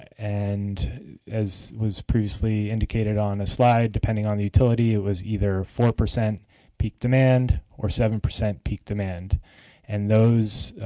and as was previously indicate on a slide depending on the utility it was either four percent peak demand or seven percent peak demand and those